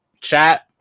Chat